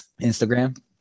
Instagram